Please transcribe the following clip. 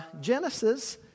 Genesis